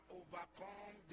overcome